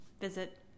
visit